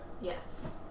Yes